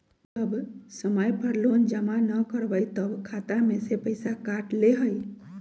जब समय पर लोन जमा न करवई तब खाता में से पईसा काट लेहई?